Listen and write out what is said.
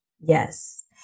Yes